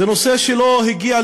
זה נושא שלא הגיע,